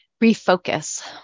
refocus